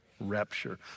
rapture